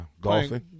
Golfing